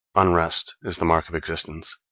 unrest is the mark of existence.